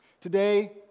Today